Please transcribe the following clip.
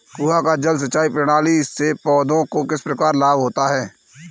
कुआँ जल सिंचाई प्रणाली से पौधों को किस प्रकार लाभ होता है?